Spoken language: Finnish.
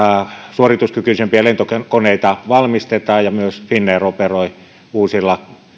suorituskykyisempiä lentokoneita valmistetaan ja myös finnair operoi uusilla